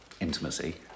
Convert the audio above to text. intimacy